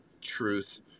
truth